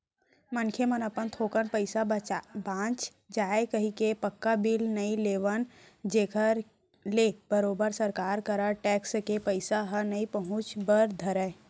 मनखे मन अपन थोकन पइसा बांच जाय कहिके पक्का बिल नइ लेवन जेखर ले बरोबर सरकार करा टेक्स के पइसा ह नइ पहुंचय बर धरय